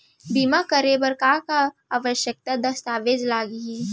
बीमा करे बर का का आवश्यक दस्तावेज लागही